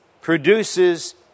produces